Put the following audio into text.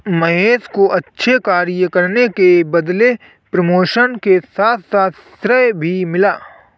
महेश को अच्छे कार्य करने के बदले प्रमोशन के साथ साथ श्रेय भी मिला